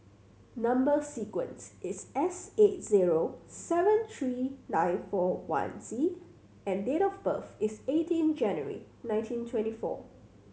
number sequence is S eight zero seven three nine four one Z and date of birth is eighteen January nineteen twenty four